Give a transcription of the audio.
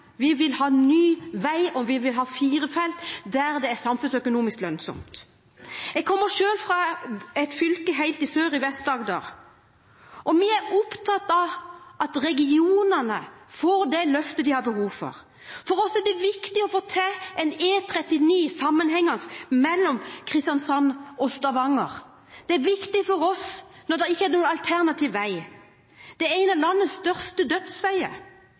vi vil ha ny vei, og vi vil ha fire felt der det er samfunnsøkonomisk lønnsomt. Jeg kommer selv fra en kommune helt sør i Vest-Agder, og vi er opptatt av at regionene får det løftet de har behov for. For oss er det viktig å få til en E39 sammenhengende mellom Kristiansand og Stavanger. Det er viktig for oss når det ikke er noen alternativ vei. Det er en av landets største